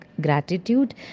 gratitude